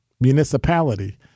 municipality